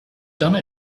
done